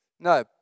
No